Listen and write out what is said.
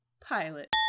pilot